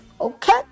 Okay